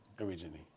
originally